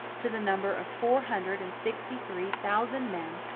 to the number of four hundred and sixty-three thousand men,